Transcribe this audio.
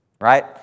Right